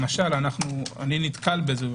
אני נתקל בזה,